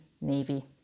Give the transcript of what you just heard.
Navy